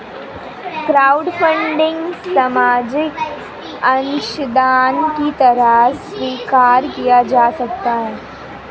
crowdfunding सामाजिक अंशदान की तरह स्वीकार किया जा सकता है